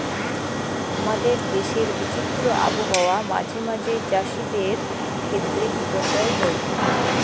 হামাদের দেশের বিচিত্র আবহাওয়া মাঝে মাঝে চ্যাসিদের ক্ষেত্রে বিপর্যয় হই